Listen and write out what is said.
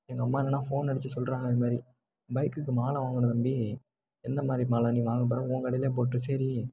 எங்கள் அம்மா என்னென்னா ஃபோன் அடித்து சொல்கிறாங்க இதுமாதிரி பைக்குக்கு மாலை வாங்கணும் தம்பி எந்த மாதிரி மாலை நீ வாங்க போகிற உன் கடையிலே போட்டிரு சரி